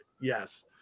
Yes